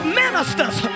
ministers